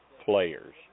players